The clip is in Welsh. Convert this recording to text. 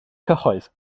cyhoedd